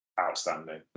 outstanding